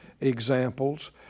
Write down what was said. examples